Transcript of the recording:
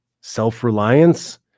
self-reliance